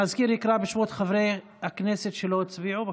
המזכיר יקרא בשמות חברי הכנסת שלא הצביעו.